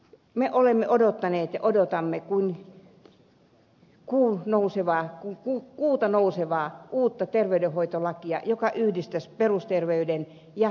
me olemme odottaneet ja odotamme kuin kuuta nousevaa uutta terveydenhoitolakia joka yhdistäisi perusterveyden ja erikoissairaanhoidon